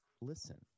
listen